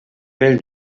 pel